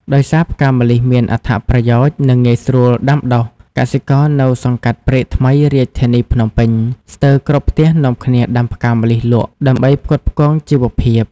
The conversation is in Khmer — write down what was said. ដោយសារផ្កាម្លិះមានអត្ថប្រយោជន៍ និងងាយស្រួលដាំដុះ កសិករនៅសង្កាត់ព្រែកថ្មី រាជធានីភ្នំពេញ ស្ទើរគ្រប់ផ្ទះនាំគ្នាដាំផ្កាម្លិះលក់ ដើម្បីផ្គត់ផ្គង់ជីវភាព ។